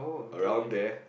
around there